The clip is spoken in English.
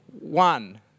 One